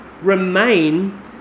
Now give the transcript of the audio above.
remain